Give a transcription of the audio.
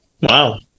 Wow